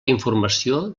informació